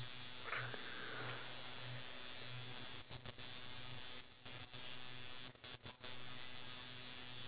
or any individual out there do you think they actually realise that they are taking advantage of that person or do you think that they don't realise it